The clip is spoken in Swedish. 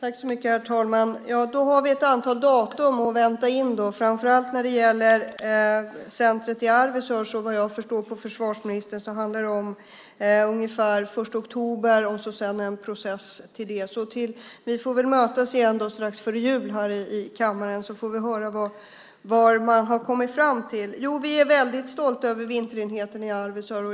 Herr talman! Då har vi ett antal datum att vänta in. Framför allt när det gäller centret i Arvidsjaur handlar det om, som jag förstår på försvarsministern, ungefär den 1 oktober och en process efter det. Vi får väl mötas igen strax före jul här i kammaren, så får vi höra vad man har kommit fram till. Vi är väldigt stolta över vinterenheten i Arvidsjaur.